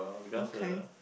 okay